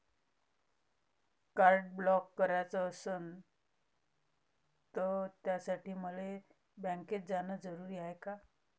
Card block कराच असनं त त्यासाठी मले बँकेत जानं जरुरी हाय का?